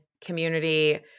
community